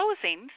closing